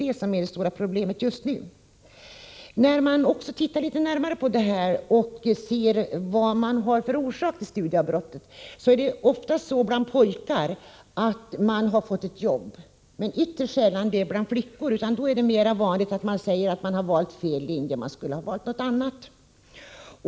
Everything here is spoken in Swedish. Det stora problemet just nu är att lyckas med detta. När man ser på orsakerna till studieavbrotten finner man att pojkarna ofta slutar därför att de har fått ett jobb. Så är ytterst sällan fallet bland flickor, utan de säger ofta att de har valt fel linje och borde ha valt en annan.